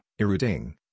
Iruding